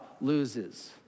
loses